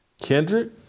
Kendrick